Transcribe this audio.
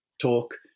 talk